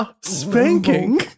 Spanking